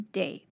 day